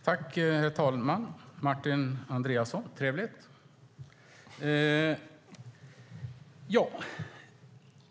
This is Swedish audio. Herr talman!